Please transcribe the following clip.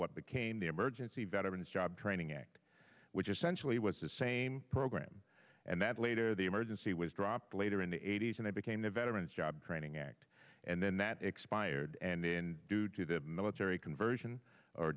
what became the emergency veterans job training act which essentially was the same program and that later the emergency was dropped later in the eighty's and i became the veterans job training act and then that expired and then due to the military conversion